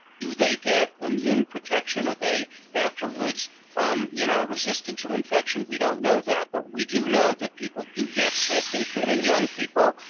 do they get immune protection? are they afterwards um you know resistant to infection? we don't know that, but we do know that people do get sick, including young people,